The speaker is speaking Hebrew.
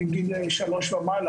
מגיל שלוש ומעלה,